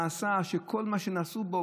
שכל מה שנעשה בו,